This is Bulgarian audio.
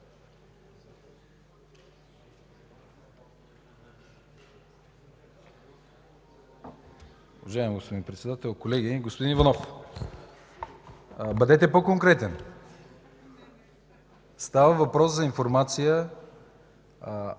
бъдете по-конкретен. Става въпрос за информация